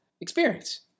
Experience